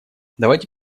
давайте